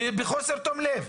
ובחוסר תום לב,